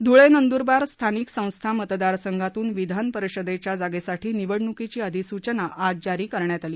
धुळे नंदूरबार स्थानिक संस्था मतदार संघातून विधान परिषदेच्या जागेसाठी निवडणुकीची अधिसुचना आज जारी करण्यात आली